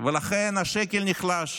ולכן השקל נחלש